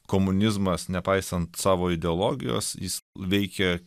komunizmas nepaisant savo ideologijos jis veikia